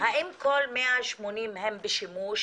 האם כל ה-180 הם בשימוש,